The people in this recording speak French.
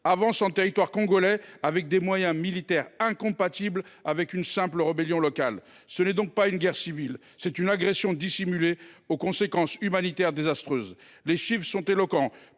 avance en territoire congolais avec des moyens militaires incompatibles avec ceux d’une simple rébellion locale. Nous avons affaire non pas à une guerre civile, mais à une agression dissimulée, aux conséquences humanitaires désastreuses. Les chiffres sont éloquents